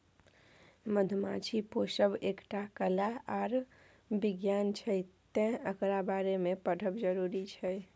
मधुमाछी पोसब एकटा कला आर बिज्ञान छै तैं एकरा बारे मे पढ़ब जरुरी छै